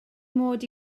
mod